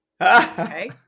Okay